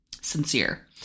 sincere